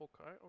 okay